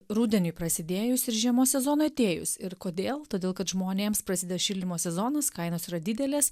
rudeniui prasidėjus ir žiemos sezonui atėjus ir kodėl todėl kad žmonėms prasideda šildymo sezonas kainos yra didelės